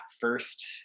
first